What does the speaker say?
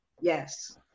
Yes